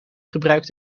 gebruikt